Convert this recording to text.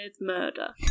Murder